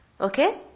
Okay